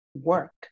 work